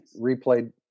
replayed